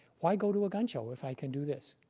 why go to a gun show if i can do this?